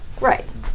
Right